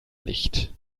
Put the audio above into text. licht